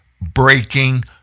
breaking